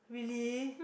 really